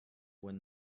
when